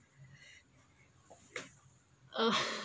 uh